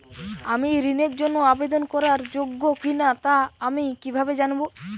আমি ঋণের জন্য আবেদন করার যোগ্য কিনা তা আমি কীভাবে জানব?